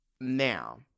Now